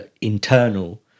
internal